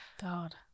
God